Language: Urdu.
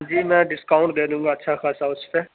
جی میں ڈسکاؤنٹ دے دوں گا اچھا خاصا اُس پہ